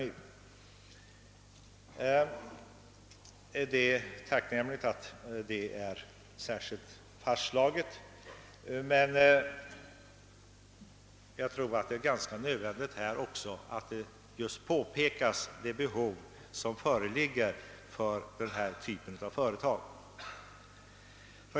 Det är tacknämligt att detta har slagits fast, men jag tror att det är nödvändigt att påpeka det behov som föreligger för denna typ av företag.